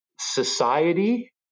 society